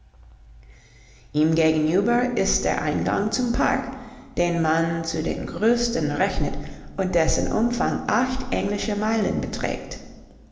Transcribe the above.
ihm gegenüber ist der eingang zum park den man zu den größten rechnet und dessen umfang acht englische meilen beträgt